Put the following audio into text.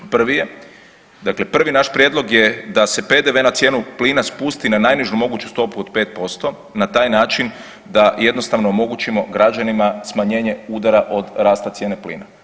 Prvi je dakle prvi naš prijedlog je da PDV na cijenu plina spusti na najnižu moguću stopu od 5% na taj način da jednostavno omogućimo građanima smanjenje udara od rasta cijene plina.